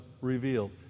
revealed